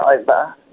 over